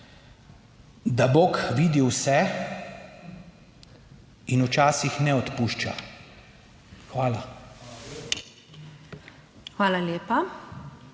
da Bog vidi vse in včasih ne odpušča. Hvala. PREDSEDNICA